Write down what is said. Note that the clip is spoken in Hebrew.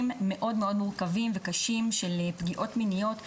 מאוד מאוד מורכבים וקשים של פגיעות מיניות.